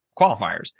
qualifiers